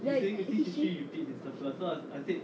then history